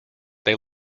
they